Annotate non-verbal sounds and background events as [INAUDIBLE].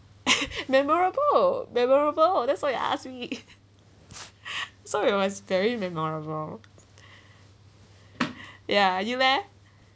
[LAUGHS] memorable memorable that's why [LAUGHS] you ask me [LAUGHS] so it was very memorable ya you leh